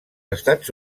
estats